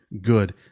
good